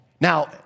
Now